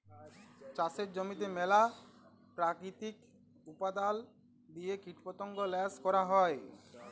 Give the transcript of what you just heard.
চাষের জমিতে ম্যালা পেরাকিতিক উপাদাল দিঁয়ে কীটপতঙ্গ ল্যাশ ক্যরা হ্যয়